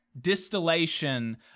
distillation